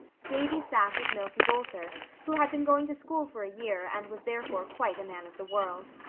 davy sat with milty boulter, who had been going to school for a year and was therefore quite a man of the world.